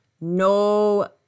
No